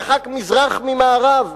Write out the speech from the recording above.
מרחק מזרח ממערב,